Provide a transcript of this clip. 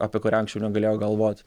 apie kurią anksčiau negalėjo galvot